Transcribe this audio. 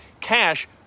Cash